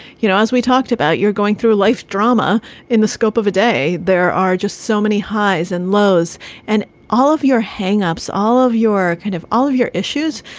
you know, as we talked about, you're going through life drama in the scope of a day. there are just so many highs and lows and all of your hang ups, all of your kind of all of your issues,